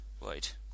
Right